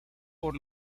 por